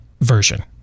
version